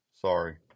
Sorry